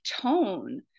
tone